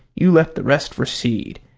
you left the rest for seed,